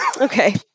Okay